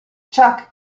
chuck